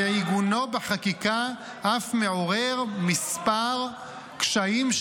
-- ועיגונו בחקיקה אף מעורר כמה קשיים,